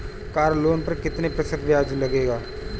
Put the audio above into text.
Car loan पर कितने प्रतिशत ब्याज लगेगा?